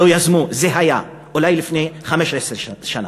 לא יזמו, זה היה אולי לפני 15 שנה.